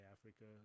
Africa